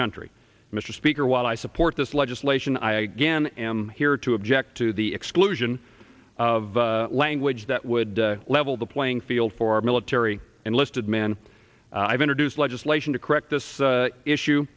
country mr speaker while i support this legislation i again am here to object to the exclusion of language that would level the playing field for our military and lifted men i've introduced legislation to correct this issue